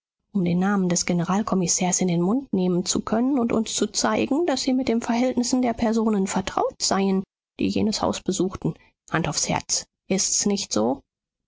um den namen des generalkommissärs in den mund nehmen zu können und uns zu zeigen daß sie mit den verhältnissen der personen vertraut seien die jenes haus besuchten hand aufs herz ist's nicht so